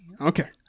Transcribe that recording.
Okay